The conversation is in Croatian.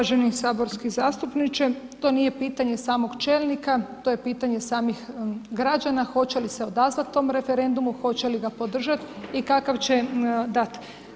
Uvaženi saborski zastupniče, to nije pitanje samog čelnika, to je pitanje samih građana hoće li se odazvati tom referendumu, hoće li ga podržati i kakav će dati.